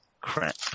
crap